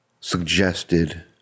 suggested